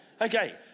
okay